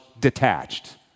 detached